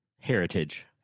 heritage